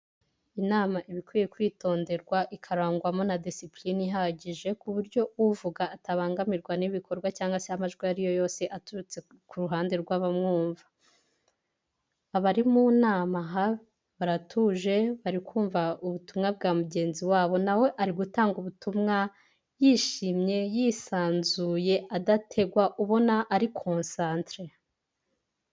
Inama ibakwiye kwitonderwa ikarangwamo na desipuline ihagije ku buryo uvuga atabangamirwa n'ibikorwa cyangwa se amajwi ayari yo yose aturutse ku ruhande rw'abamwumva, abari mu nama aha baratuje bari kumva ubutumwa bwa mugenzi wabo, na we ari gutanga ubutumwa yishimye, yisanzuye adategwa ubona ari konsantere.